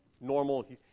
normal